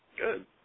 Good